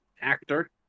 actor